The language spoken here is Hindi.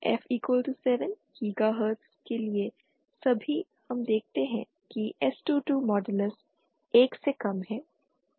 F 7 गीगाहर्ट्ज़ के लिए भी हम देखते हैं कि s22 मॉडलस 1 से कम है